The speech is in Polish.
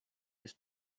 jest